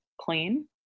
clean